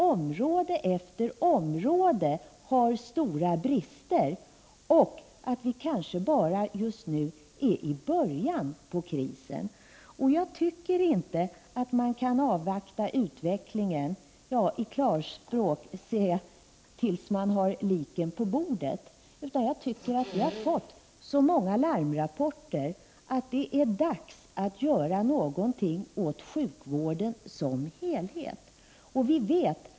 Område efter område har stora brister, och vi är kanske just nu bara i början av krisen. Vi kan inte avvakta utvecklingen tills man bokstavligen har liken på bordet. Vi har fått så många larmrapporter att det är dags att göra någonting åt sjukvården som helhet.